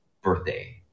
birthday